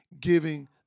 giving